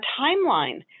timeline